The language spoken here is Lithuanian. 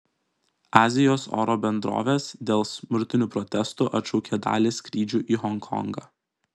azijos oro bendrovės dėl smurtinių protestų atšaukė dalį skrydžių į honkongą